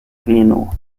venu